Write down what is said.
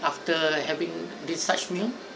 after having this such meal